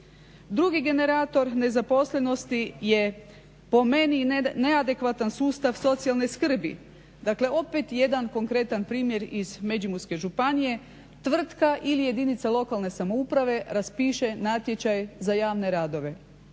Drugi generator nezaposlenosti je po meni neadekvatan sustav socijalne skrbi, dakle opet jedan konkretan primjer iz Međimurske županije, tvrtka ili jedinica lokalne samouprave raspiše natječaj za javne radove